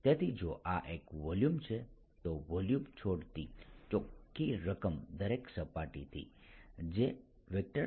તેથી જો આ એક વોલ્યુમ છે તો વોલ્યુમ છોડતી ચોખ્ખી રકમ દરેક સપાટીથી j